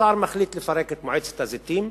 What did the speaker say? השר מחליט לפרק את מועצת הזיתים,